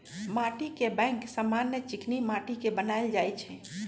माटीके बैंक समान्य चीकनि माटि के बनायल जाइ छइ